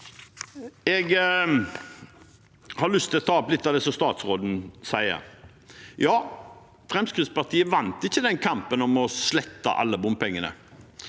Jeg har lyst til å ta opp litt av det som statsråden sier. Ja, Fremskrittspartiet vant ikke kampen om å slette alle bompengene,